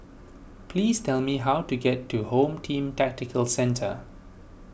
please tell me how to get to Home Team Tactical Centre